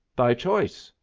thy choice,